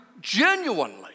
genuinely